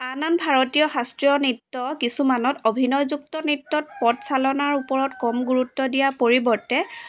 আন আন ভাৰতীয় শাস্ত্ৰীয় নৃত্য কিছুমানত অভিনয় যুক্ত নৃত্যত পদচালনৰ ওপৰত কম গুৰুত্ব দিয়া পৰিৱৰ্তে